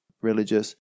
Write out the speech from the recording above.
religious